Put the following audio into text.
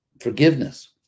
forgiveness